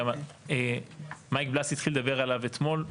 זה דבר שהוא